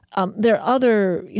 um there are other, you